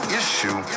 issue